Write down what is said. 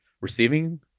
receiving